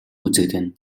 үзэгдэнэ